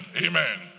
amen